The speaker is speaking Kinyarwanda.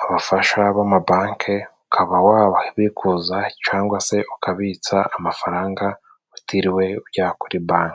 abafasha b'amabanke, ukaba wababikuza cangwa se ukabitsa amafaranga utiriwe ujya kuri banke.